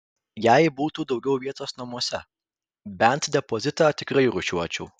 jei būtų daugiau vietos namuose bent depozitą tikrai rūšiuočiau